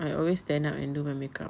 I always stand up and do my makeup